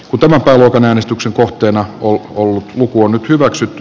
tämä pöpön äänestyksen kohteena oli ollut joku nyt hyväksytty